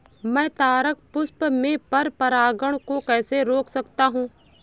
मैं तारक पुष्प में पर परागण को कैसे रोक सकता हूँ?